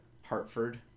hartford